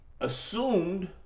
assumed